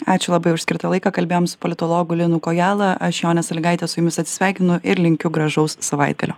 ačiū labai už skirtą laiką kalbėjom su politologu linu kojala aš jonė salygaitė su jumis atsisveikinu ir linkiu gražaus savaitgalio